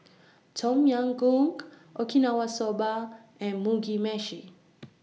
Tom Yam Goong Okinawa Soba and Mugi Meshi